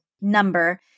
number